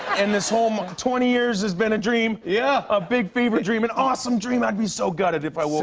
and this whole twenty years has been a dream. dream. yeah. a big fever dream. an awesome dream. i'd be so gutted if i woke